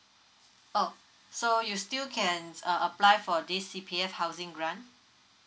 oh so you still can uh apply for this c p f housing grant